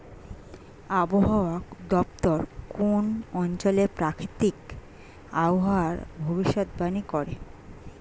আবহাওয়া দপ্তর কোন অঞ্চলের প্রাকৃতিক আবহাওয়ার ভবিষ্যতবাণী করে